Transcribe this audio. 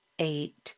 Eight